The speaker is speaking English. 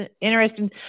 interesting